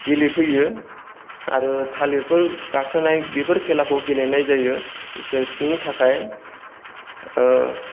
गेलेफैयो आरो थालिरफोर गाखोनाय बेफोर खेलाखौ गेलेनाय जायो हेल्थनि थाखाय